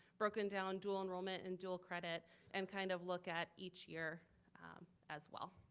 broken down dual enrollment and dual credit and kind of look at each year as well.